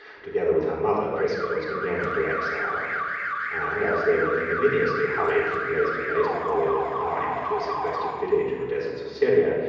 together with her mother prisca, was condemned to exile and as they were ignominiously hurried from place to place before they were confined to a sequestered village in the deserts of syria,